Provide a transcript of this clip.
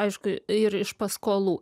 aišku ir iš paskolų